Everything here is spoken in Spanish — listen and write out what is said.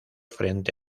frente